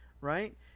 right